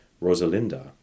Rosalinda